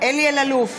אלי אלאלוף,